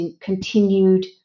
continued